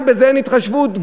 גם בזה אין התחשבות?